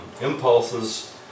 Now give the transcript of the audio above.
Impulses